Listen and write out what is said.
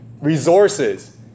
resources